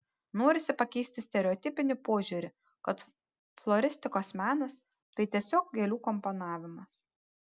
norisi pakeisti stereotipinį požiūrį kad floristikos menas tai tiesiog gėlių komponavimas